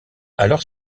alors